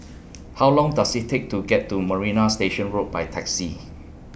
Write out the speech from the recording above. How Long Does IT Take to get to Marina Station Road By Taxi